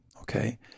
okay